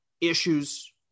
issues